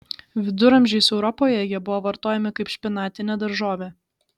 viduramžiais europoje jie buvo vartojami kaip špinatinė daržovė